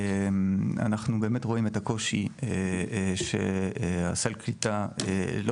אנחנו באמת רואים את הקושי שסל הקליטה לא